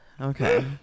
Okay